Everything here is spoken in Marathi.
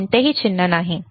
कोणतेही चिन्ह नाही बरोबर